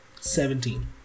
Seventeen